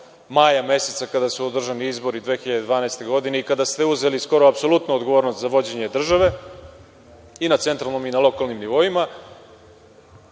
maja meseca, kada su održani izbori, 2012. godine i kada ste uzeli skoro apsolutnu odgovornost za vođenje države, i na centralnom i na lokalnim nivoima,